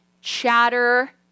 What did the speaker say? chatter